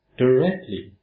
directly